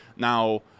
Now